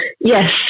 Yes